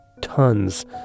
tons